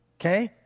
Okay